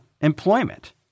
employment